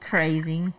Crazy